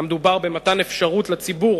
מדובר במתן אפשרות לציבור